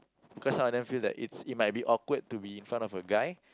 cause some of them feel that it's it might be awkward to be in front of a guy